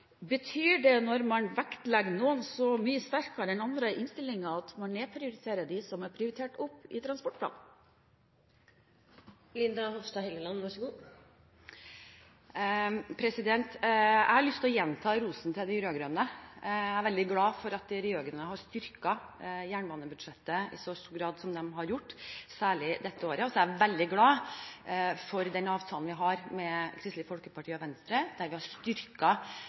Betyr det at man vektlegger noen prosjekter så mye sterkere i innstillingen at man nedprioriterer de som er prioritert opp i transportplanen? Jeg har lyst å gjenta rosen til de rød-grønne. Jeg er veldig glad for at de rød-grønne har styrket jernbanebudsjettet i så stor grad som de har gjort – særlig dette året. Jeg er også veldig glad for den avtalen vi har med Kristelig Folkeparti og Venstre, der vi har